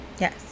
Yes